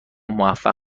موفق